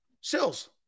Sills